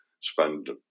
spend